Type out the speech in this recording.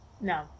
No